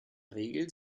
regel